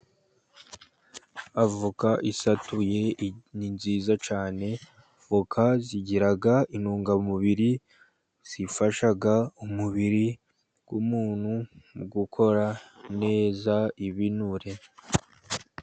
Avoka isatuye, ni nziza cyane, voka zigira intungamubiri zifasha umubiri w'umuntu gukora neza ibinure.